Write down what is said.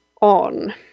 on